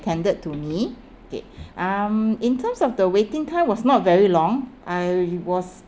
attended to me okay um in terms of the waiting time was not very long I was